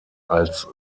als